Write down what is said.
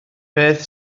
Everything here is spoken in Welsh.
beth